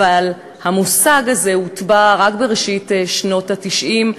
אבל המושג הזה הוטבע רק בראשית שנות ה-90,